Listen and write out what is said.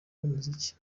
n’umuziki